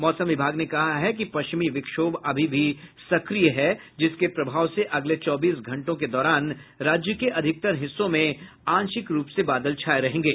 मौसम विभाग ने कहा है कि पश्चिमी विक्षोभ अभी भी सक्रिय है जिसके प्रभाव से अगले चौबीस घंटों के दौरान राज्य के अधिकतर हिस्सों में आंशिक रूप से बादल छाये रहेंगे